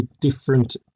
different